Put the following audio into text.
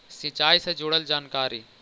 सिंचाई से जुड़ल जानकारी?